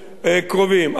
אכן תיקנו,